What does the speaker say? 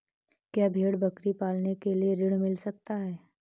क्या भेड़ बकरी पालने के लिए ऋण मिल सकता है?